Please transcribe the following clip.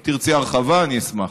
אם תרצי הרחבה, אני אשמח.